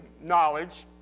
knowledge